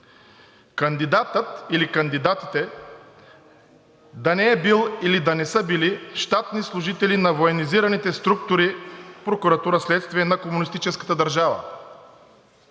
Кандидатът/кандидатите да не е бил и да не са били щатни служители на военизираните структури: прокуратура, следствие на комунистическата държава.